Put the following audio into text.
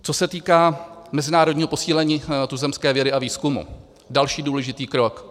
Co se týká mezinárodního posílení tuzemské vědy a výzkumu další důležitý krok.